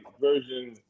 version